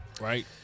Right